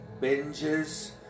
binges